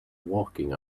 walking